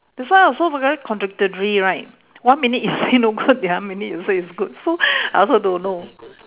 that's why also very contradictory right one minute you say no good the other minute you say is good so I also don't know